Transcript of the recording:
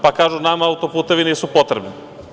Pa kažu – nama auto-putevi nisu potrebni.